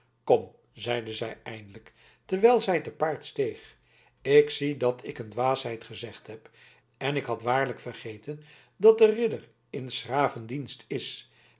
kom zeide zij eindelijk terwijl zij te paard steeg ik zie dat ik een dwaasheid gezegd heb en ik had waarlijk vergeten dat de ridder in s graven dienst is